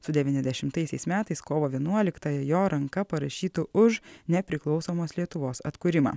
su devyniasdešimtaisiais metais kovo vienuoliktąją jo ranka parašytu už nepriklausomos lietuvos atkūrimą